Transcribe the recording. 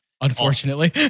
Unfortunately